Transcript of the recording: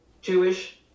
Jewish